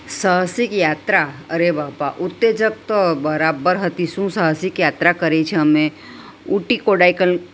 સાહસિક યાત્રા અરે બાપ્પા ઉત્તેજક તો બરાબર હતી શું સાહસિક યાત્રા કરી છે અમે ઉટી કોડાઇકલ